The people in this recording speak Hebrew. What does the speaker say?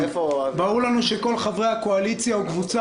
ברור לנו שכל חברי הקואליציה או קבוצה